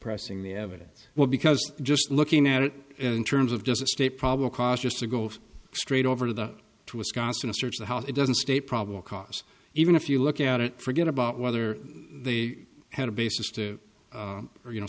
pressing the evidence well because just looking at it in terms of does a state probable cause just to go straight over the to wisconsin a search of how it doesn't state probable cause even if you look at it forget about whether they had a basis to or you know